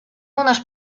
unes